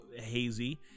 hazy